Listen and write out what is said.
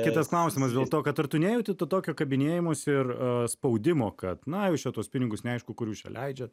kitas klausimas dėl to kad ar tu nejauti to tokio kabinėjimosi ir spaudimo kad na jūs čia tuos pinigus neaišku kur jūs čia leidžiat